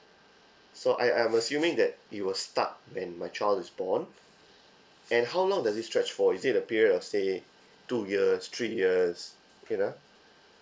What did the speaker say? so I I'm assuming that it will start when my child is born and how long does it stretch for is it a period of say two years three years paid ah